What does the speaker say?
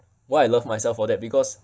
why I love myself for that because